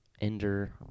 ender